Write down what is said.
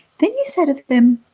then you say them,